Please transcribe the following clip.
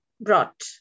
brought